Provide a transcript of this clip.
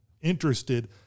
interested